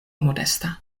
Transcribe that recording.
modesta